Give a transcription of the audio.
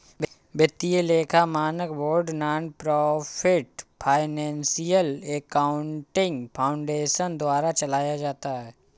वित्तीय लेखा मानक board nonprofit financial accounting foundation द्वारा चलाया जाता है